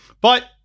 But-